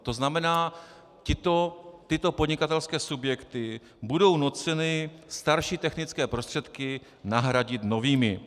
To znamená, tyto podnikatelské subjekty budou nuceny starší technické prostředky nahradit novými.